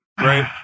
right